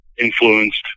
influenced